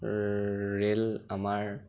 rail আমাৰ